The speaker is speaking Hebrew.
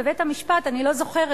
אני לא זוכרת,